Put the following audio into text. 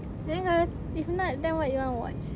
then kalau if not then what you want to watch